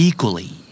Equally